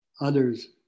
others